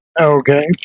Okay